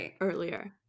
earlier